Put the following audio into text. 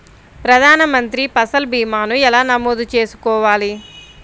ప్రధాన మంత్రి పసల్ భీమాను ఎలా నమోదు చేసుకోవాలి?